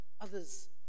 others